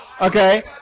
Okay